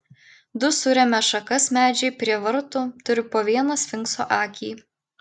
du surėmę šakas medžiai prie vartų turi po vieną sfinkso akį